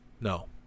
no